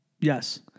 Yes